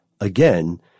again